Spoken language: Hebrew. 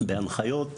במציאות בהנחיות ברורות.